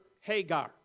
Hagar